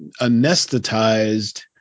anesthetized